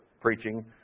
preaching